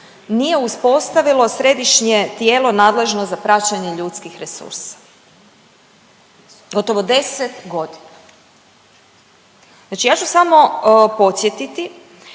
nije uspostavilo središnje tijelo nadležno za praćenje ljudskih resursa. Gotovo 10 godina. Znači ja ću samo podsjetiti